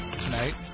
tonight